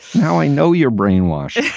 now, i know you're brainwashed,